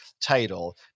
title